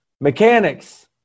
Mechanics